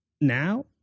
now